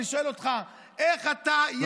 אני שואל אותך: איך אתה יכול,